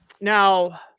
Now